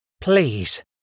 please